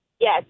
Yes